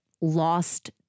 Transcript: lost